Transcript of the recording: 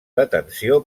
detenció